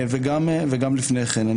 וגם לפני כן.